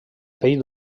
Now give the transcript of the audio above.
pell